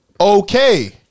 Okay